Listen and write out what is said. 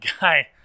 guy